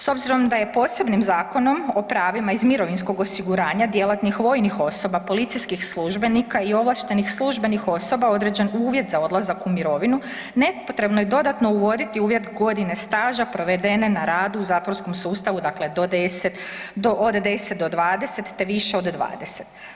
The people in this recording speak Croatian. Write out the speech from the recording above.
S obzirom da je posebnim Zakonom o pravima iz mirovinskog osiguranja djelatnih vojnih osoba, policijskih službenika i ovlaštenih službenih osoba određen uvjet za odlazak u mirovinu, nepotrebno je dodatno uvoditi uvjet godine staža provedene na radu u zatvorskom sustavu, dakle do 10, do od 10 do 20, te više od 20.